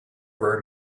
rare